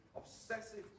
obsessive